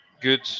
good